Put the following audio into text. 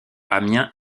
amiens